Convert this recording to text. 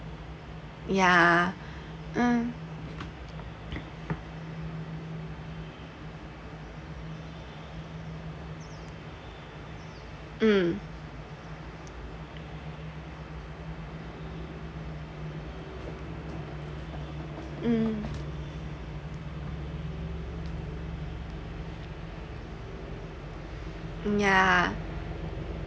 yeah um um um yeah